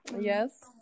Yes